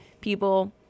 people